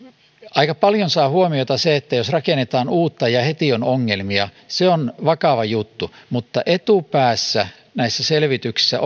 aika paljon saa huomiota se jos rakennetaan uutta ja heti on ongelmia se on vakava juttu mutta etupäässä näissä selvityksissä